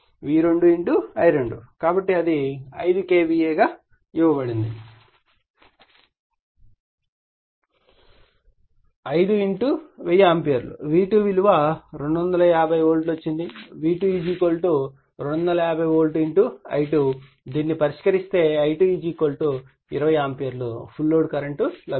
కాబట్టి ఇది 5 KVA ఇవ్వబడింది 5 1000 ఆంపియర్ V2 విలువ 250 వోల్ట్ వచ్చింది V2 250 వోల్ట్ I2 దీనిని పరిష్కరిస్తే I2 20 ampere full load current లభిస్తుంది